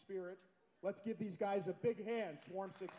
spirit let's give these guys a big hand swarm six